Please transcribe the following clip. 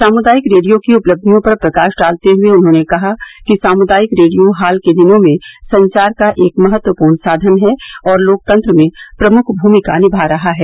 सामुदायिक रेडियो की उपलब्धियों पर प्रकाश डालते हुए उन्होंने कहा कि सामुदायिक रेडियो हाल के दिनों में संचार का एक महत्वपूर्ण साधन है और लोकतंत्र में प्रमुख भूमिका निमा रहा है